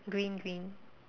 green twin